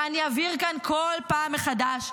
ואני אבהיר כאן כל פעם מחדש,